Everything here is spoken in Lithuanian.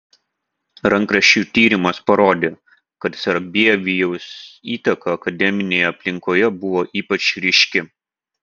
rankraščių tyrimas parodė kad sarbievijaus įtaka akademinėje aplinkoje buvo ypač ryški